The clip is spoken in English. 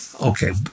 Okay